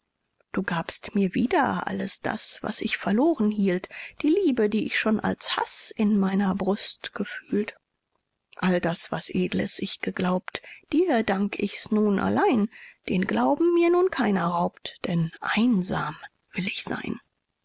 du gabst mir wieder alles das was ich verloren hielt die liebe die ich schon als haß in meiner brust gefühlt all das was edles ich geglaubt dir dank ich's nun allein den glauben mir nun keiner raubt denn einsam will ich sein